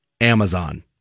Amazon